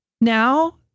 now